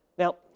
now,